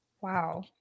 Wow